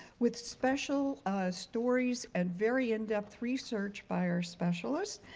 with special stories and very in depth research by our specialists.